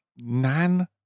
nan